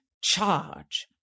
charge